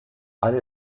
alle